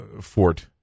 fort